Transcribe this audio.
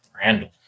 Randall